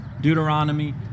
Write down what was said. Deuteronomy